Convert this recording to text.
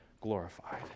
glorified